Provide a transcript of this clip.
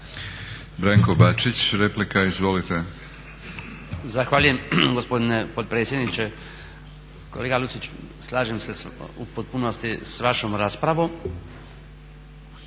**Bačić, Branko (HDZ)** Zahvaljujem gospodine potpredsjedniče. Kolega Lucić, slažem se u potpunosti s vašom raspravom.